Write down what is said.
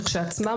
שלעצמם,